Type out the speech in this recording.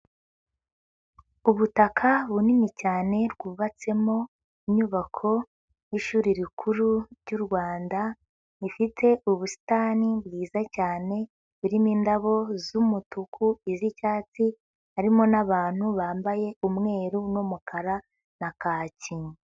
Ubutaka bunini cyane bwubatsemo inyubako y'ishuri rikuru ry'u Rwanda rifite ubusitani bwiza cyane, burimo indabo z'umutuku, iz'icyatsi harimo n'abantu bambaye umweru n'umukara na kaki.